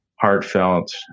heartfelt